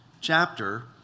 chapter